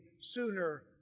sooner